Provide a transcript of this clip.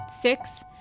six